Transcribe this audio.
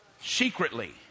secretly